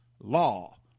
law